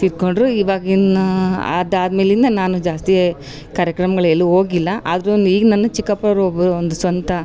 ತೀರಿಕೊಂಡ್ರು ಇವಾಗಿನ ಅದಾದಮೇಲಿಂದಾ ನಾನು ಜಾಸ್ತಿ ಕಾರ್ಯಕ್ರಮ್ಗಳು ಎಲ್ಲು ಹೋಗಿಲ್ಲ ಆದರು ಈಗಿನ ನನ್ನ ಚಿಕ್ಕಪ್ಪೊರು ಒಬ್ಬರು ಒಂದು ಸ್ವಂತ